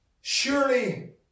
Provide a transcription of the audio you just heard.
surely